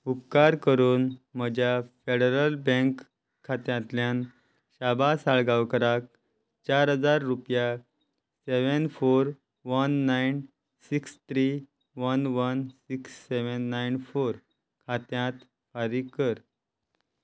उपकार करून म्हज्या फॅडरल बँक खात्यांतल्यान शाबा साळगांवकराक चार हजार रुपया seven four one nine six three one one six seven nine four खात्यांत फारीक कर